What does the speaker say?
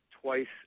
twice